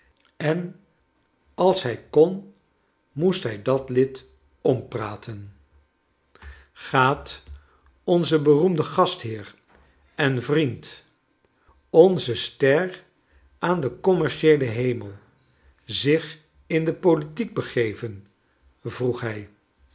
en als hij kon moest bij dat lid ompraten kleine dorkit graat onze beroemde gastheer en vriend onze ster aan den commercieelen hemel zich in de politiek begeven vroeg hij